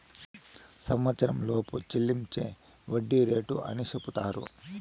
సంవచ్చరంలోపు చెల్లించే వడ్డీ రేటు అని సెపుతారు